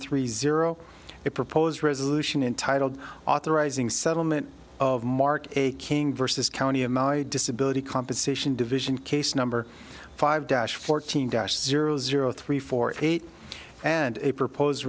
three zero a proposed resolution entitled authorizing settlement of mark a king versus county of my disability compensation division case number five dash fourteen dash zero zero three four eight and a propose